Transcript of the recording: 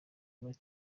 muri